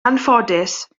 anffodus